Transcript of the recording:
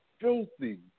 filthy